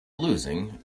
losing